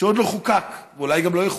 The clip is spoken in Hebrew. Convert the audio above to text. כשעוד לא חוקק, ואולי גם לא יחוקק.